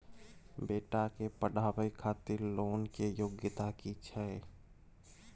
बेटा के पढाबै खातिर लोन के योग्यता कि छै